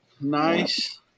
nice